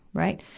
right.